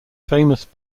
famous